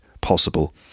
possible